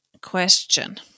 question